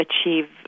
achieve